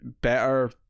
better